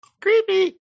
Creepy